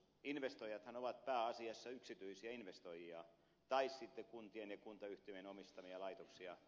investoijathan ovat pääasiassa yksityisiä investoijia tai sitten kuntien ja kuntayhtymien omistamia laitoksia